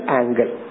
angle